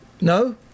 No